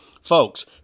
Folks